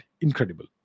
Incredible